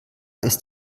ist